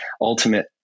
ultimate